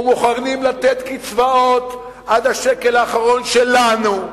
ומוכנים לתת קצבאות עד השקל האחרון שלנו,